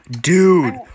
Dude